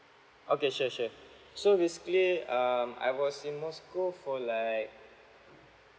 okay sure sure so basically um I was in moscow for like